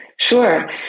Sure